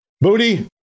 Booty